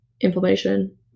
inflammation